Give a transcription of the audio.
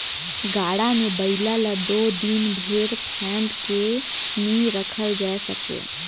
गाड़ा मे बइला ल दो दिन भेर फाएद के नी रखल जाए सके